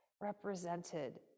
represented